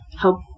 help